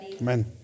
Amen